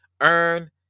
Earn